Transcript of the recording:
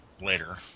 later